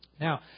Now